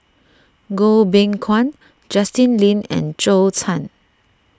Goh Beng Kwan Justin Lean and Zhou Can